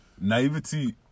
naivety